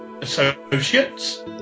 associates